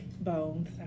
bones